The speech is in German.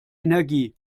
energie